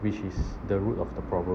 which is the root of the problem